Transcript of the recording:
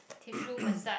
tissue message